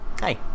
hi